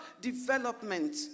development